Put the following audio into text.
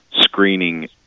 screening